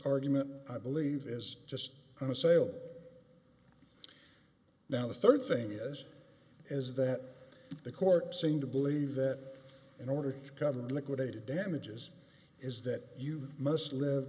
argument i believe is just a sale now the third thing is is that the court seem to believe that in order to cover liquidated damages is that you must live